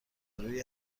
روی